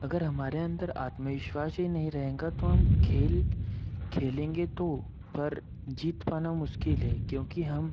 अगर हमारे अंदर आत्मविश्वास ही नहीं रहेगा तो हम खेल खेलेंगे तो पर जीत पाना मुश्किल है क्योंकि हम